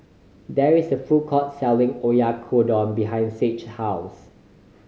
there is a food court selling Oyakodon behind Sage house